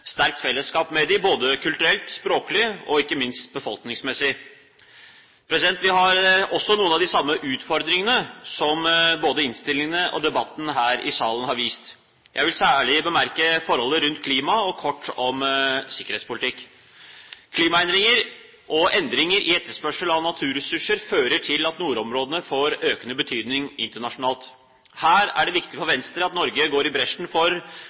sterkt fellesskap med dem kulturelt, språklig og ikke minst befolkningsmessig. Vi har også noen av de samme utfordringene, noe både innstillingen og debatten her i salen har vist. Jeg vil særlig bemerke forholdet rundt klima og kort om sikkerhetspolitikk. Klimaendringer og endringer i etterspørsel etter naturressurser fører til at nordområdene får økende betydning internasjonalt. Her er det viktig for Venstre at Norge går i bresjen for